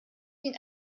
den